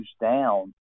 down